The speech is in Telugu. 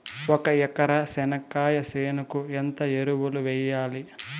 ఒక ఎకరా చెనక్కాయ చేనుకు ఎంత ఎరువులు వెయ్యాలి?